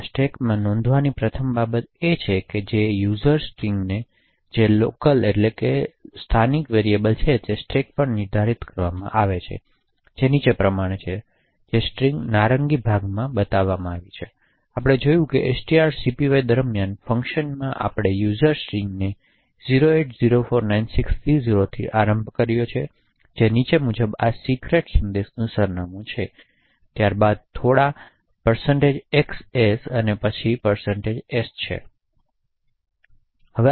આ સ્ટેકમાં નોંધવાની પ્રથમ બાબત એ છે કે જે વપરાશકર્તા સ્ટ્રિંગ જે સ્થાનિક છે તે સ્ટેક પર નિર્ધારિત કરવામાં આવી છે તે નીચે પ્રમાણે છે જે સ્ટ્રિંગ નારંગી ભાગમાં હાજર છે આપણે જોયું તે છે કે strcpy દરમ્યાન ફંક્શન આપણે યુઝર સ્ટ્રિંગ ને 08 04 96 C0 થી આરંભ કર્યો છે જે નીચે મુજબ આ સિક્રેટ સંદેશનું સરનામું છે ત્યારબાદ થોડાં xs અને પછી s છે